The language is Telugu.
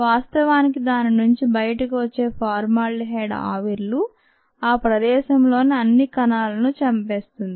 వాస్తవానికి దాని నుంచి బయటకు వచ్చే ఫార్మాల్డిహైడ్ ఆవిర్లు ఆ ప్రదేశంలోని అన్ని కణాలను చంపేస్తుంది